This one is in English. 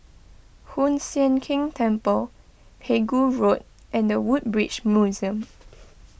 Hoon Sian Keng Temple Pegu Road and the Woodbridge Museum